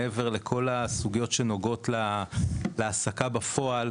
מעבר לכל הסוגיות שנוגעות להעסקה בפועל,